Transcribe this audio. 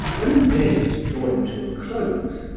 when the day was drawing to a close,